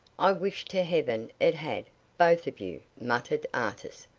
i wish to heaven it had both of you, muttered artis.